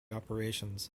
operations